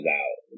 out